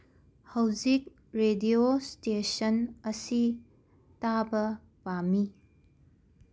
ꯍꯧꯖꯤꯛ radio station ꯑꯁꯤ ꯇꯥꯕ ꯄꯥꯝꯃꯤ